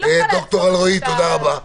ד"ר אלרעי, תודה רבה,